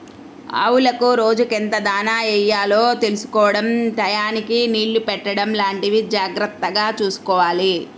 ఆవులకు రోజుకెంత దాణా యెయ్యాలో తెలుసుకోడం టైయ్యానికి నీళ్ళు పెట్టడం లాంటివి జాగర్తగా చూసుకోవాలి